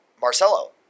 Marcelo